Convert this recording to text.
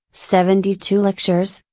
seventy two lectures,